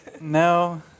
No